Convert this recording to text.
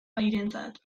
bairentzat